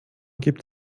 gibt